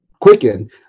Quicken